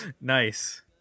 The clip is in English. nice